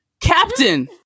captain